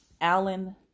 Alan